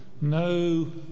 No